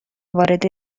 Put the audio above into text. وارد